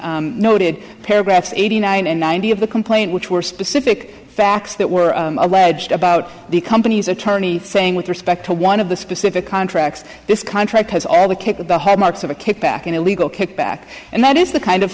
n noted paragraphs eighty nine and ninety of the complaint which were specific facts that were alleged about the company's attorney saying with respect to one of the specific contracts this contract has all the marks of a kickback and a legal kickback and that is the kind of